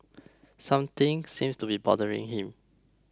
something seems to be bothering him